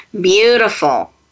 Beautiful